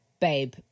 babe